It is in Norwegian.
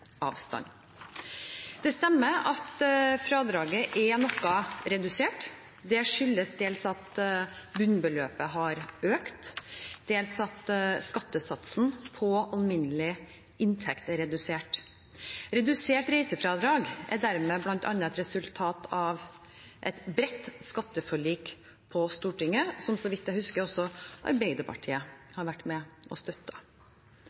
Det stemmer at fradraget er noe redusert. Det skyldes dels at bunnbeløpet har økt, dels at skattesatsen på alminnelig inntekt er redusert. Redusert reisefradrag er dermed bl.a. et resultat av et bredt skatteforlik på Stortinget, som, så vidt jeg husker, også Arbeiderpartiet var med og